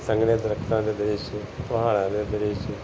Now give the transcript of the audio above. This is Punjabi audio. ਸੰਘਣੇ ਦਰੱਖਤਾਂ ਦੇ ਦ੍ਰਿਸ਼ ਪਹਾੜਾਂ ਦੇ ਦ੍ਰਿਸ਼